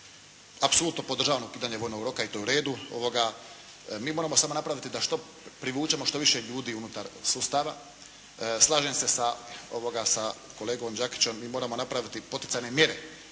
Apsolutno podržavam pitanje vojnog roka i to je u redu. Mi moramo samo napraviti da privučemo što više ljudi unutar sustava. Slažem se sa kolegom Đakićem, mi moramo napraviti poticajne mjere,